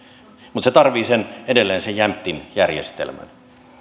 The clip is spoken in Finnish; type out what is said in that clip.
mutta se tarvitsee edelleen sen jämptin järjestelmän